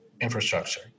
infrastructure